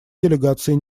делегации